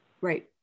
Right